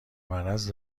مرض